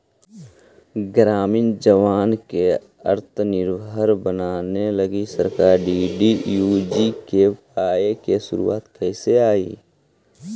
ग्रामीण जवान के आत्मनिर्भर बनावे लगी सरकार डी.डी.यू.जी.के.वाए के शुरुआत कैले हई